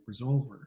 resolver